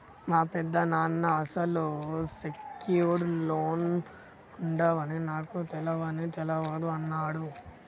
మా పెదనాన్న అసలు సెక్యూర్డ్ లోన్లు ఉండవని నాకు తెలవని తెలవదు అన్నడు